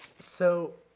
so,